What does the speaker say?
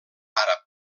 àrab